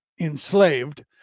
enslaved